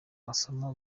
asoma